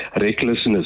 recklessness